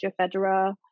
Federer